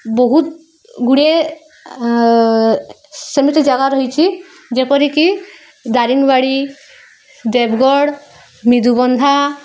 ବହୁତ ଗୁଡ଼ିଏ ସେମିତି ଜାଗା ରହିଛି ଯେପରିକି ଦାରିଙ୍ଗବାଡ଼ି ଦେବଗଡ଼ ମିଧୁବନ୍ଧା